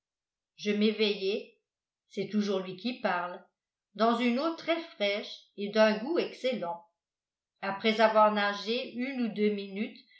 qui parle dans une eau très fraîche et d'un goût excellent après avoir nagé une ou deux minutes